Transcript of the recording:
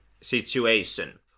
situation